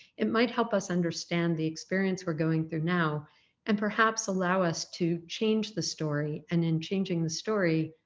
it might help us understand the experience we're going through now and perhaps allow us to change the story, and in changing the story,